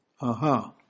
Aha